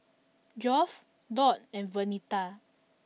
Geoff Dot and Vernita